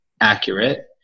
accurate